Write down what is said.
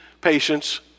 patience